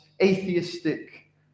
atheistic